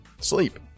sleep